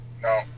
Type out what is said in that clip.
No